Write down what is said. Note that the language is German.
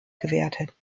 gewertet